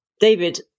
david